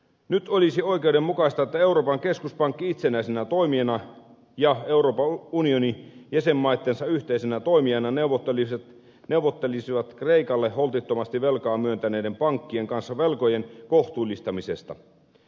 nyt olisi oikeudenmukaista että euroopan keskuspankki itsenäisenä toimijana ja euroopan unioni jäsenmaittensa yhteisenä toimijana neuvottelisivat kreikalle holtittomasti velkaa myöntäneiden pankkien kanssa velkojen kohtuullistamisesta